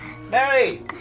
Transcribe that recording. Mary